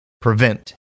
prevent